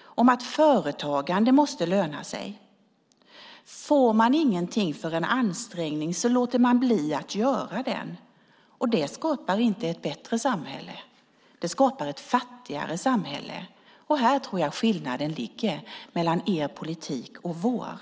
och om att företagande måste löna sig. Får man ingenting för en ansträngning låter man bli att göra den. Det skapar inte ett bättre samhälle. Det skapar ett fattigare samhälle. Här tror jag skillnaden ligger mellan er politik och vår.